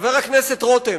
חבר הכנסת רותם,